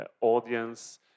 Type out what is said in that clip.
audience